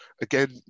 again